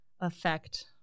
affect